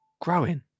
growing